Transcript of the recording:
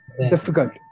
difficult